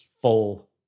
full